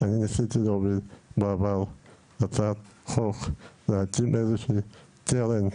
אני ניסיתי להוביל בעבר הצעת חוק להקים קרן,